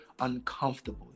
uncomfortable